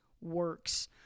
works